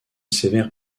sévère